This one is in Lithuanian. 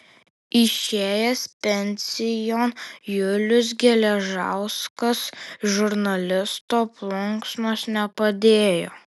išėjęs pensijon julius geležauskas žurnalisto plunksnos nepadėjo